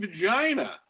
vagina